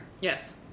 Yes